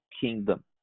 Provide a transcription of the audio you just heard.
kingdom